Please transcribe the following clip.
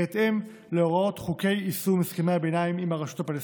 בהתאם להוראות חוקי יישום הסכמי הביניים עם הרשות הפלסטינית.